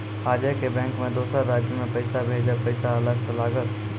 आजे के बैंक मे दोसर राज्य मे पैसा भेजबऽ पैसा अलग से लागत?